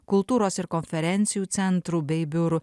kultūros ir konferencijų centrų bei biurų